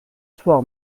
soir